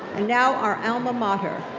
now, our alma mater.